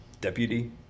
deputy